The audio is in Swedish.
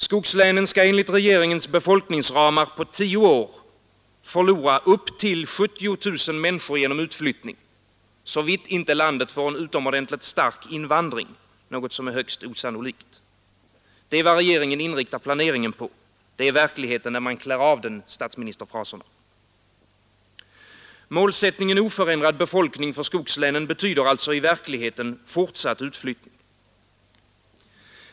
Skogslänen skall enligt regeringens befolkningsramar på tio år förlora upp till 70 000 människor genom utflyttning, såvitt inte landet får en utomordentligt stark invandring, något som är högst osannolikt. Det är vad regeringen inriktar planeringen på. Det är verkligheten när man klär av den statsministerfraserna. Målsättningen oförändrad befolkning för skogslänen betyder alltså i verkligheten fortsatt utflyttning.